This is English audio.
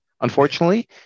unfortunately